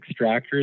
extractors